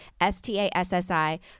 S-T-A-S-S-I